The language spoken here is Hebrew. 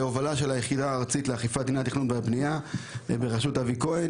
בהובלה של היחידה הארצית לאכיפת דיני התכנון והבנייה בראשות אבי כהן,